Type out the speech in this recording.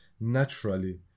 naturally